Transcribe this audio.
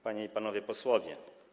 Panie i Panowie Posłowie!